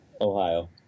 Ohio